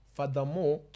Furthermore